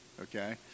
Okay